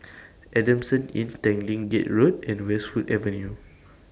Adamson Inn Tanglin Gate Road and Westwood Avenue